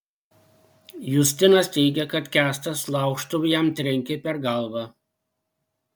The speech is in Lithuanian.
justinas teigia kad kęstas laužtuvu jam trenkė per galvą